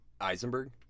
Eisenberg